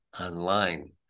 online